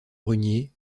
brunier